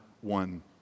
one